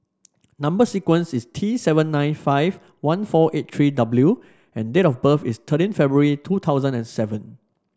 number sequence is T seven nine five one four eight three W and date of birth is thirteen February two thousand and seven